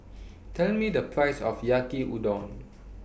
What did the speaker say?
Tell Me The Price of Yaki Udon